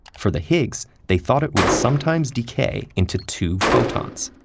for the higgs, they thought it would sometimes decay into two photons.